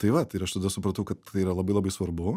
tai vat ir aš tada supratau kad tai yra labai labai svarbu